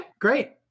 great